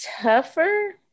tougher